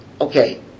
Okay